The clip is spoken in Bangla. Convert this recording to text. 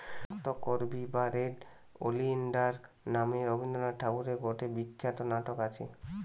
রক্তকরবী বা রেড ওলিয়েন্ডার নামে রবীন্দ্রনাথ ঠাকুরের গটে বিখ্যাত নাটক আছে